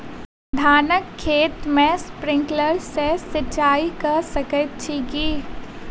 धानक खेत मे स्प्रिंकलर सँ सिंचाईं कऽ सकैत छी की?